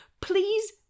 please